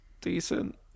decent